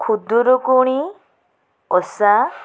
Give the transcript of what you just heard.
Khudurukuni Osha